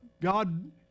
God